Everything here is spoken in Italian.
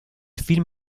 film